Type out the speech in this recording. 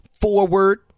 forward